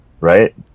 right